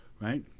right